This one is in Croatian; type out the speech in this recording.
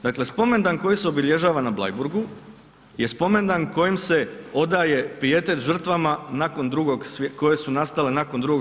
Dakle, spomendan koji se obilježava na Bleiburgu je spomendan kojim se odaje pijetet žrtvama nakon drugog, koje su nastale nakon II.